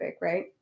right